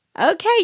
Okay